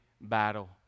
battle